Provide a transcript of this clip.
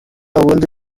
wundi